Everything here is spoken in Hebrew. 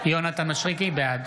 בעד